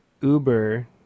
Uber